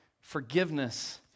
forgiveness